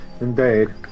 Indeed